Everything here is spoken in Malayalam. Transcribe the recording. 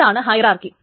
ഇതാണ് ഹൈറാർക്കി